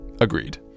Agreed